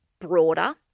broader